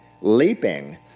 leaping